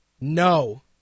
No